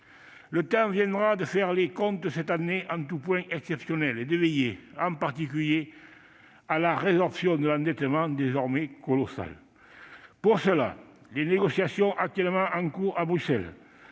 Le temps viendra de faire les comptes de cette année en tous points exceptionnelle et de veiller, en particulier, à la résorption de l'endettement, désormais colossal. De ce point de vue, les négociations actuellement en cours à Bruxelles